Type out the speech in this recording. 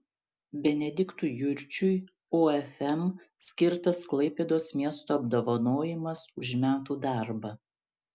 benediktui jurčiui ofm skirtas klaipėdos miesto apdovanojimas už metų darbą